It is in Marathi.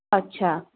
अच्छा